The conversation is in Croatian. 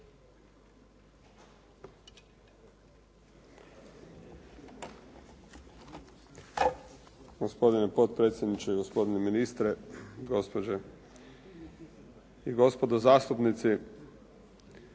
Gospodine potpredsjedniče i gospodine ministre, gospođe i gospodo zastupnici.